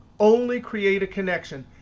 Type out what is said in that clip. only create a connection.